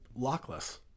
lockless